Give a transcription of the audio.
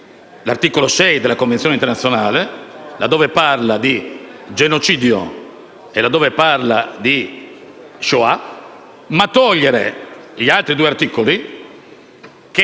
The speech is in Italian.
l'articolo 6 della Convenzione internazionale, laddove parla di genocidio e di Shoah, ma di espungere gli altri due articoli, che